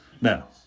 Now